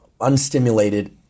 unstimulated